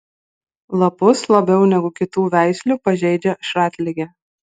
lapus labiau negu kitų veislių pažeidžia šratligė